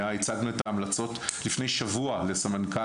הצגנו את ההמלצות לפני שבוע לסמנכ"ל